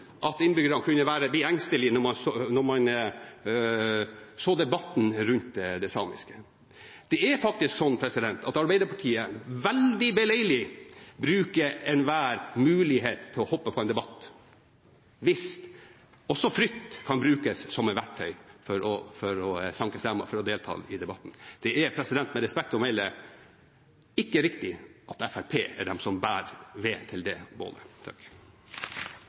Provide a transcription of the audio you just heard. at innbyggerne kunne bli engstelige når man så debatten rundt det samiske. Det er faktisk sånn at Arbeiderpartiet veldig beleilig bruker enhver mulighet til å hoppe på en debatt hvis også frykt kan brukes som verktøy for å sanke stemmer. Det er med respekt å melde ikke riktig at Fremskrittspartiet er de som bærer ved til det